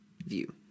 view